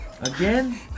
Again